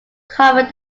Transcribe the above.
covered